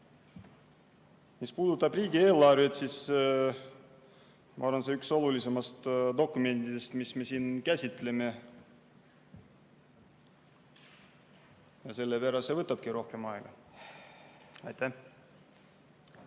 Mis puudutab riigieelarvet, siis ma arvan, et see on üks olulisematest dokumentidest, mis me siin käsitleme, ja sellepärast see võtabki rohkem aega. Aitäh!